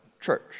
church